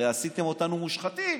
הרי עשיתם אותנו מושחתים.